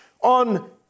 on